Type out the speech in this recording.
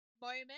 moment